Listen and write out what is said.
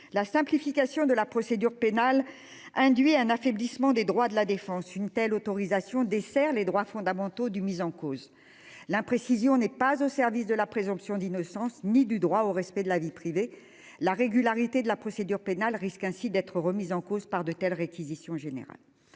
la simplification de la procédure pénale induit un affaiblissement des droits de la défense. Une telle autorisation dessert les droits fondamentaux du mis en cause l'imprécision n'est pas au service de la présomption d'innocence ni du droit au respect de la vie privée. La régularité de la procédure pénale risque ainsi d'être remise en cause par de telles réquisitions générale.